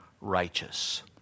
righteous